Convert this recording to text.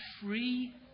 free